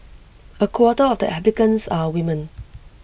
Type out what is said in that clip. A quarter of the applicants are women